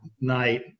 night